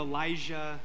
Elijah